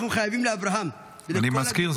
אנחנו חייבים לאברהם -- אני מזכיר,